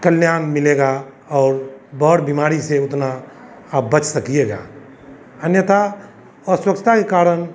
कल्याण मिलेगा और बड़ा बिमारी से उतना आप बच सकिएगा अन्यथा अस्वच्छता के कारण